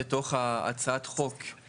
אבל יש לנו כמה הערות חשובות כאן.